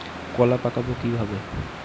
কলা পাকাবো কিভাবে?